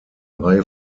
reihe